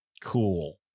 Cool